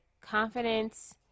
Confidence